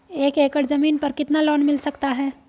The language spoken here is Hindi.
एक एकड़ जमीन पर कितना लोन मिल सकता है?